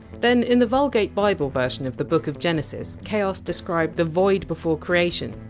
then, in the vulgate bible version of the book of genesis! chaos! described the void before creation,